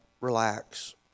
relax